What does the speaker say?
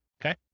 Okay